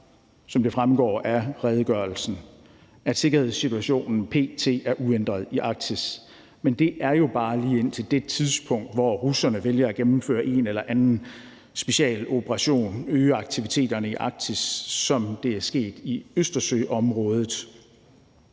som det fremgår af redegørelsen, at sikkerhedssituationen p.t. er uændret i Arktis, men det er jo bare lige indtil det tidspunkt, hvor russerne vælger at gennemføre en eller anden speciel operation og øge aktiviteterne i Arktis, som det er sket i Østersøområdet,